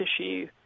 issue